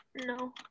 No